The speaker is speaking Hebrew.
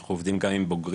אנחנו עובדים גם עם בוגרים,